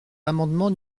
l’amendement